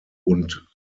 und